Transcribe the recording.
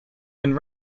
and